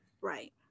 Right